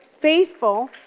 faithful